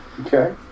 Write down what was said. Okay